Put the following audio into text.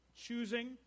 choosing